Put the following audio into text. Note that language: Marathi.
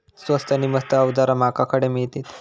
स्वस्त नी मस्त अवजारा माका खडे मिळतीत?